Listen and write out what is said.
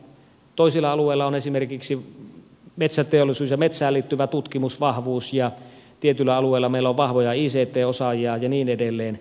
toisilla alueilla on esimerkiksi metsäteollisuus ja metsään liittyvä tutkimusvahvuus ja tietyillä alueilla meillä on vahvoja ict osaajia ja niin edelleen